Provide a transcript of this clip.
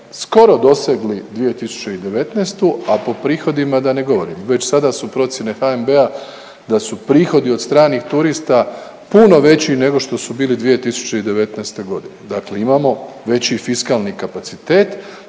skoro dosegli 2019., a po prihodima da ne govorim. Već sada su procjene HNB-a da su prihodi od stranih turista puno veći nego to su bili 2019.g. dakle, imamo veći fiskalni kapacitet